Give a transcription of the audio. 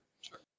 sure